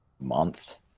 month